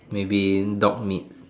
maybe dog meat